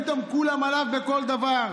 פתאום כולם עליו בכל דבר,